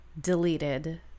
deleted